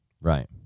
Right